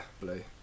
blue